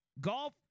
golf